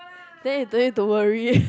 then you don't need to worry